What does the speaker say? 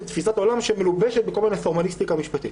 תפיסת עולם שמלובשת בכל מיני פורמליסטיקה משפטית.